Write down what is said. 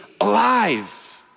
alive